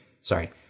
Sorry